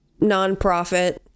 nonprofit